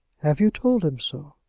have you told him so?